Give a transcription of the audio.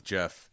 Jeff